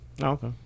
okay